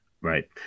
Right